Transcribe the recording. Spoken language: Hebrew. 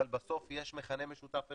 אבל בסוף יש מכנה משותף אחד,